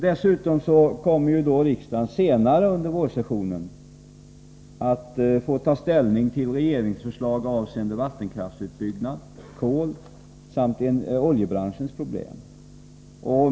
Dessutom kommer riksdagen senare under vårsessionen att få ta ställning till regeringsförslag avseende vattenkraftsutbyggnad, kol samt oljebranschens problem.